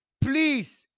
Please